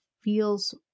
feels